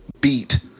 beat